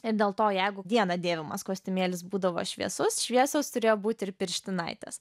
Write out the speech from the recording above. ir dėl to jeigu dieną dėvimas kostiumėlis būdavo šviesus šviesios turėjo būti ir pirštinaitės